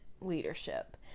leadership